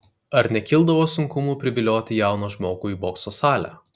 ar nekildavo sunkumų privilioti jauną žmogų į bokso salę